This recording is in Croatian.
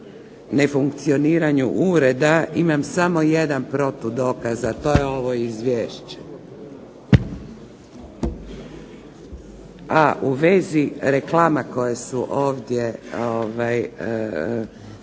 nefunkcioniranju ureda imam samo jedan protudokaz a to je ovo Izvješće. A u vezi reklama koje su ovdje